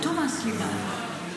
תומא-סלימאן.